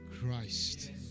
Christ